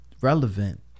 relevant